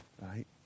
Right